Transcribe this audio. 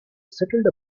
settled